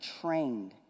trained